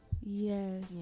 Yes